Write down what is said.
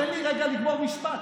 תן לי רגע לגמור משפט,